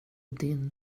din